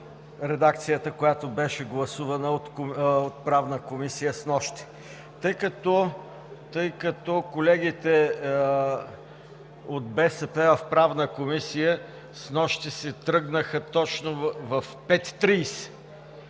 редакцията, която беше гласувана от Правната комисия снощи. Тъй като колегите от БСП в Правната комисия снощи си тръгнаха точно в 17,30